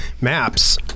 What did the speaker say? maps